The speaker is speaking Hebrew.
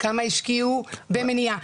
כמה השקיעו במניעה.